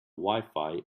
wifi